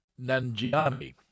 Nanjiani